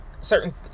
certain